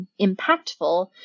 impactful